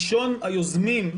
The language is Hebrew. הממשלה בעייתיים.